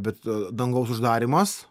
bet dangaus uždarymas